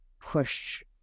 push